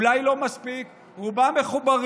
אולי לא מספיק, רובם מחוברים.